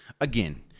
Again